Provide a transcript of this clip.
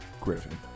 Griffin